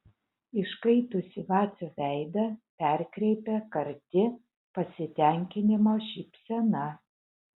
iškaitusį vacio veidą perkreipia karti pasitenkinimo šypsena